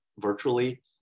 virtually